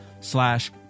slash